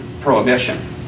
Prohibition